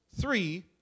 Three